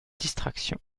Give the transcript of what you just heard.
distraction